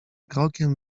krokiem